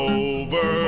over